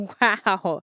Wow